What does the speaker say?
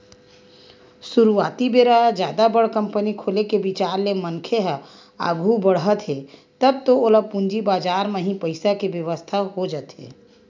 सुरुवाती बेरा जादा बड़ कंपनी खोले के बिचार ले मनखे ह आघू बड़हत हे तब तो ओला पूंजी बजार म ही पइसा के बेवस्था हो जाथे